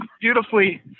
beautifully